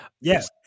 Yes